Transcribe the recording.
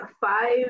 five